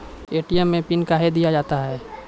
ATM मे PIN कयो दिया जाता हैं?